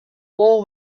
war